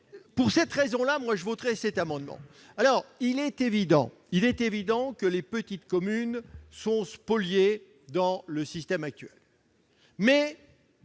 Pour cette raison, je voterai ces amendements. Il est évident que les petites communes sont spoliées dans le dispositif actuel.